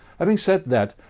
having said that,